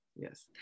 yes